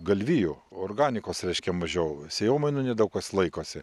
galvijų organikos reiškia mažiau sėjomainų nedaug kas laikosi